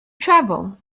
travel